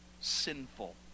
sinful